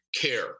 care